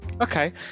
okay